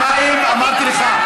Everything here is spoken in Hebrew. פעמיים אמרתי לך.